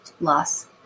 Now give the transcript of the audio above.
loss